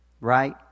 Right